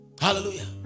hallelujah